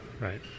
Right